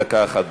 דקה אחת.